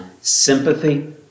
sympathy